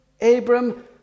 Abram